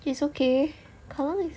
it's okay her one